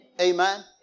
Amen